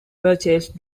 purchased